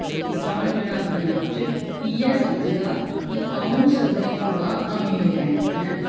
कसान जेह्ड़ा अपने आप च इ'यै समझदा कि अ'ऊं सभनें कोला अमीर ऐं हैं